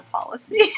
policy